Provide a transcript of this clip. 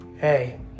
hey